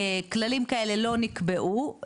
כללים כאלה לא נקבעו,